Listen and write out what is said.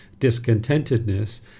discontentedness